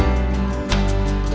and